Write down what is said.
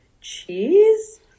cheese